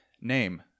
name